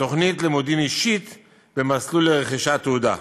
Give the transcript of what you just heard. תוכנית לימודים אישית במסלול לרכישת תעודה.